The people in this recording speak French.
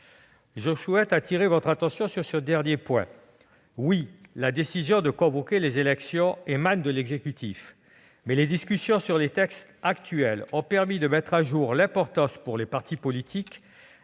Je souhaite attirer votre attention sur ce dernier point. Oui, la décision de convoquer les élections émane de l'exécutif, mais les discussions sur les textes actuels ont permis de mettre au jour l'importance pour les partis politiques